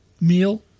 meal